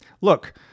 Look